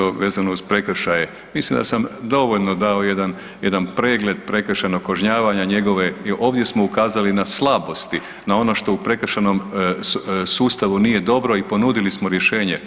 Vezano uz, vezano uz prekršaje mislim da sam dovoljno dao jedan, jedan pregled prekršajnog kažnjavanja njegove, ovdje smo ukazali na slabosti, na ono što u prekršajnom sustavu nije dobro i ponudili smo rješenje.